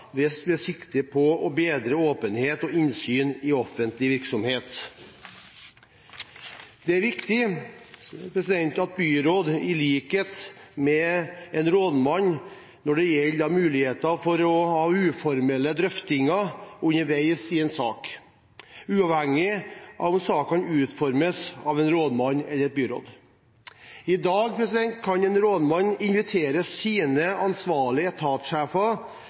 på å bedre åpenhet og innsyn i offentlig virksomhet. Det er viktig at det er mulighet for å ha uformelle drøftinger underveis i en sak, uavhengig av om saken utformes av en rådmann eller et byråd. I dag kan en rådmann invitere sine ansvarlige